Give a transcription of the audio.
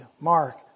Mark